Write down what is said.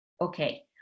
Okay